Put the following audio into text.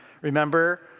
Remember